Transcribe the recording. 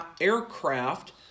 aircraft